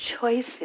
choices